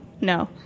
No